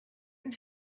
and